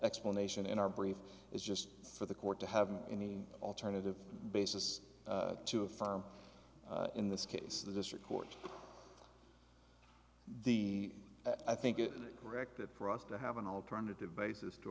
explanation in our brief is just for the court to have any alternative basis to affirm in this case the district court the i think it corrected for us to have an alternative basis to